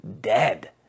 dead